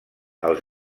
els